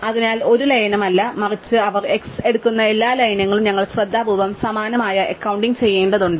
അതിനാൽ ഒരു ലയനമല്ല മറിച്ച് അവർ x എടുക്കുന്ന എല്ലാ ലയനങ്ങളും ഞങ്ങൾ ശ്രദ്ധാപൂർവ്വം സമാനമായ അക്കൌണ്ടിംഗ് ചെയ്യേണ്ടതുണ്ട്